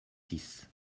six